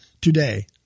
today